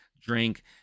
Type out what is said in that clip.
drink